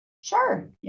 sure